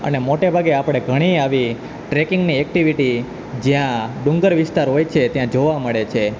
અને મોટે ભાગે આપણે ઘણી આવી ટ્રેકિંગની એકટીવિટી જ્યાં ડુંગર વિસ્તાર હોય છે ત્યાં જોવા મળે છે